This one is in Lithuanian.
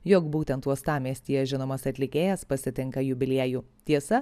jog būtent uostamiestyje žinomas atlikėjas pasitinka jubiliejų tiesa